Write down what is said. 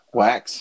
wax